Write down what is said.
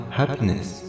happiness